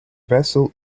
vessel